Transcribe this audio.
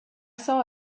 saw